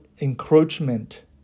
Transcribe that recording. encroachment